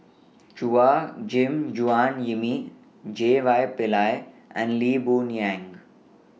Chua Gim Guan Yimmy J Y Pillay and Lee Boon Yang